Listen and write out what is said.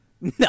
No